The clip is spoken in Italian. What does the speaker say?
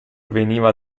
veniva